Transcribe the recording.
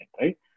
right